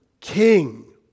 King